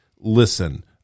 listen